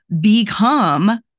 become